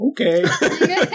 Okay